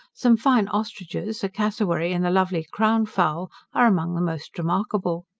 some fine ostriches, a cassowary, and the lovely crown-fowl, are among the most remarkable.